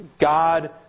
God